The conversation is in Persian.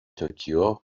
توکیو